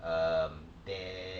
um there